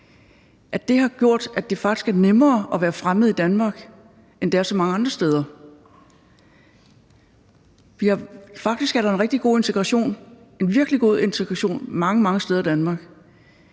har gjort, at det faktisk er nemmere at være fremmed i Danmark, end det er så mange andre steder. Faktisk er der en rigtig god integration, en virkelig god integration, mange, mange steder i Danmark,